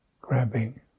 grabbing